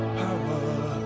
power